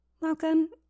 welcome